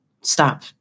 stop